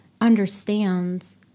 understands